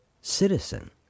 citizen